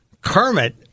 Kermit